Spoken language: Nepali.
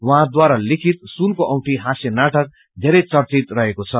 उहाँद्वारा लिखित सुनको औंठी हास्य नाटक धेरै चर्चित रहेको छ